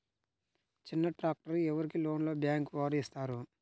చిన్న ట్రాక్టర్ ఎవరికి లోన్గా బ్యాంక్ వారు ఇస్తారు?